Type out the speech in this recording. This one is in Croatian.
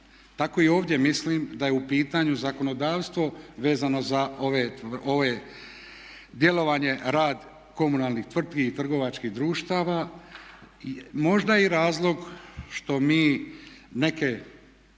Tako i ovdje mislim da je u pitanju zakonodavstvo vezano za ove djelovanje, rad komunalnih tvrtki i trgovačkih društava, možda i razlog što mi neke